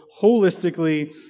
holistically